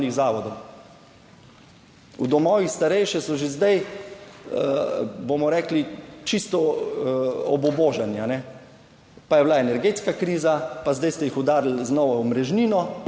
V domovih za starejše so že zdaj, bomo rekli, čisto obubožani, pa je bila energetska kriza, pa zdaj ste jih udarili z novo omrežnino,